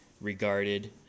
regarded